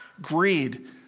Greed